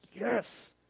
Yes